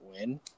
win